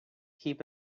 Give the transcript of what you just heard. keep